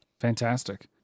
fantastic